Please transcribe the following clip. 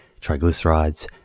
triglycerides